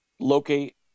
locate